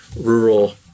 rural